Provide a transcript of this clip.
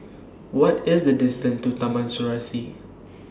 What IS The distance to Taman Serasi